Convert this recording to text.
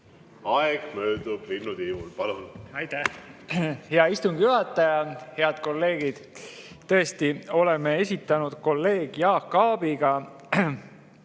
Aeg möödub linnutiivul. Palun! Aitäh, hea istungi juhataja! Head kolleegid! Tõesti, oleme esitanud kolleeg Jaak Aabiga